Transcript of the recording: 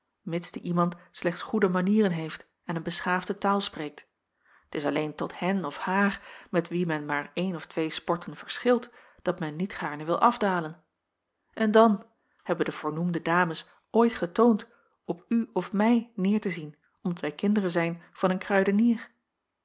mids die iemand slechts goede manieren heeft en een beschaafde taal spreekt t is alleen tot hen of haar met wie men maar een of twee sporten verschilt dat men niet gaarne wil afdalen en dan hebben de voornoemde dames ooit getoond op u of mij neêr te zien omdat wij kinderen zijn van een kruidenier